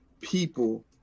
people